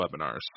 webinars